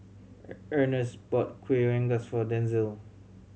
Ernest bought Kuih Rengas for Denzil